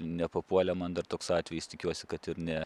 nepapuolė man dar toks atvejis tikiuosi kad ir ne